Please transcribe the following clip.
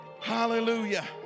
Hallelujah